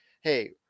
hey